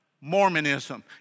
Mormonism